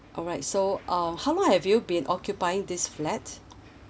alright so uh how long have you been occupying this flat